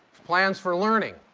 plans for learning.